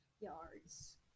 yards